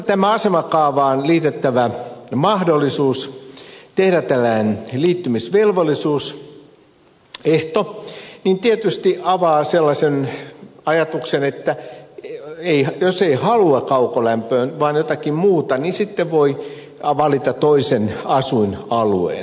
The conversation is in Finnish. tämä asemakaavaan liitettävä mahdollisuus tehdä tällainen liittymisvelvollisuusehto tietysti avaa sellaisen ajatuksen että jos ei halua kaukolämpöön vaan jotakin muuta niin sitten voi valita toisen asuinalueen